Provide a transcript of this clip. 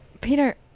Peter